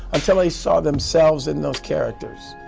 until they saw themselves in those characters.